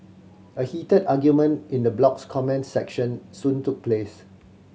a heated argument in the blog's comment section soon took place